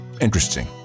Interesting